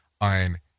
on